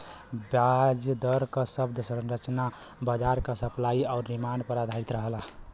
ब्याज दर क शब्द संरचना बाजार क सप्लाई आउर डिमांड पर आधारित रहला